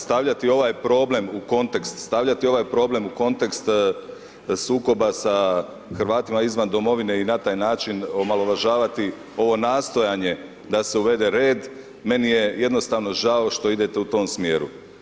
Stavljati ovaj problem u k0ontekst, stavljati ovaj problem u kontekst sukoba sa Hrvatima izvan domovine i na taj način omalovažavati ovo nastojanje da se uvede red, meni je jednostavno žao što idete u tom smjeru.